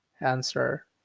Answer